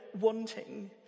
wanting